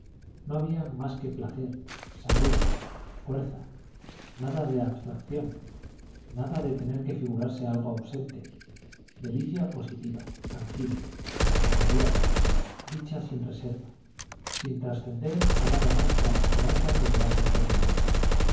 no había más que placer salud fuerza nada de abstracción nada de tener que figurarse algo ausente delicia positiva tangible inmediata dicha sin reserva sin trascender a nada más que a la esperanza de que durase eternamente